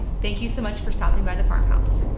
thank you so much for stopping by the farmhouse.